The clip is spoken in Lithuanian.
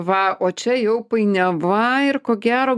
va o čia jau painiava ir ko gero